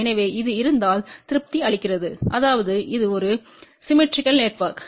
எனவே இது இருந்தால் திருப்தி அளிக்கிறது அதாவது இது ஒரு சிம்மெட்ரிக்கல் நெட்வொர்க்